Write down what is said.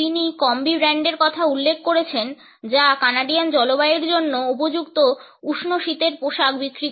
তিনি কম্বি ব্র্যান্ডের কথা উল্লেখ করেছেন যা কানাডিয়ান জলবায়ুর জন্য উপযুক্ত উষ্ণ শীতের পোশাক বিক্রি করে